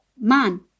man